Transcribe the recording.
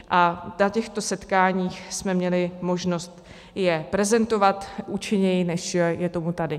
A na těchto setkáních jsme měli možnost je prezentovat účinněji, než je tomu tady.